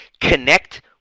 Connect